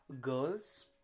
girls